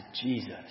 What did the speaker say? Jesus